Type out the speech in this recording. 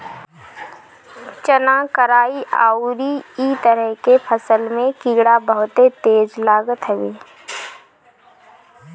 चना, कराई अउरी इ तरह के फसल में कीड़ा बहुते तेज लागत हवे